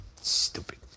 Stupid